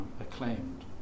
acclaimed